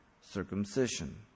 circumcision